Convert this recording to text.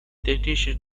technician